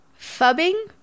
fubbing